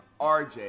RJ